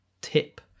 tip